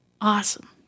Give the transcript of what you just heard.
awesome